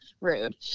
rude